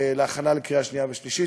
ולהכנה לקריאה שנייה ושלישית.